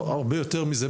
הרבה יותר מזה,